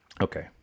Okay